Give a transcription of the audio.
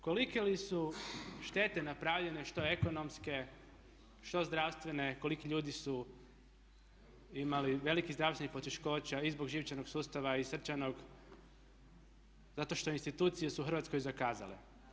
Kolike li su štete napravljene što ekonomske, što zdravstvene, koliki ljudi su imali velikih zdravstvenih poteškoća i zbog živčanog sustava i srčanog zato što institucije u Hrvatskoj su zakazale.